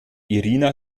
irina